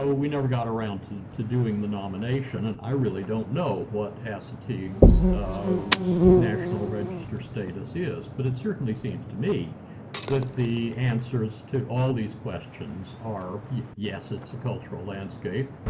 so we never got around to to doing the nomination, and i really don't know what assateague's national register status is, but it certainly seems to me that the answers to all these questions are, yes, it's a cultural landscape.